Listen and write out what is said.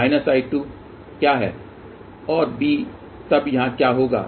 अब V1B क्या है और B तब यहाँ क्या होगा